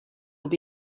will